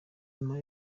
nyuma